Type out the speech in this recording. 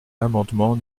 l’amendement